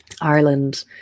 Ireland